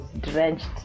drenched